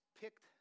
picked